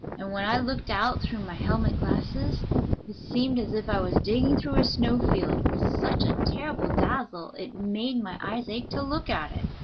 and when i looked out through my helmet-glasses it seemed as if i was digging through a snow-field, with such a terrible dazzle it made my eyes ache to look at it.